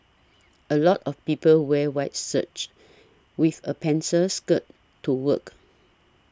a lot of people wear white shirts with a pencil skirt to work